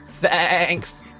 Thanks